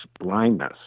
blindness